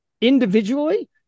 individually